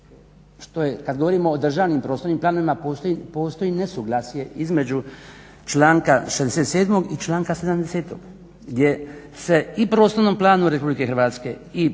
kad govorimo o državnim prostornim planovima postoji nesuglasje između članka 67.i članka 70.gdje se i prostornom planu RH i urbaničkim planovima